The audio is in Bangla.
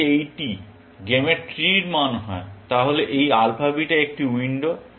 যদি এইটি গেমের ট্রির মান হয় তাহলে এই আলফা বিটা একটি উইন্ডো